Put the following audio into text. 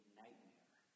nightmare